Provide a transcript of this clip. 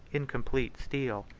in complete steel.